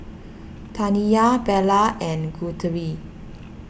Taniya Bella and Guthrie